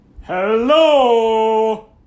Hello